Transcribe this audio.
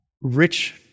Rich